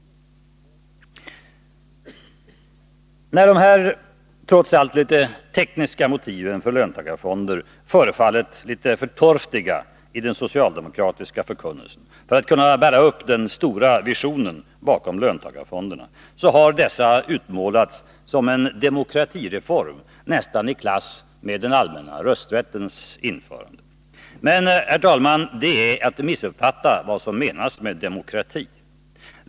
När de här trots allt litet tekniska motiven för löntagarfonder förefallit litet för torftiga i den socialdemokratiska förkunnelsen för att kunna bära upp den stora visionen bakom löntagarfonderna, har dessa utmålats som en demokratireform nästan i klass med den allmänna rösträttens införande. Men, herr talman, det är att missuppfatta vad som menas med demokrati.